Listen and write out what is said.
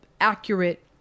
accurate